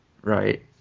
Right